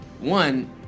one